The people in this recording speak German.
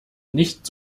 nicht